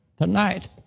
Tonight